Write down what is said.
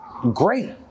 great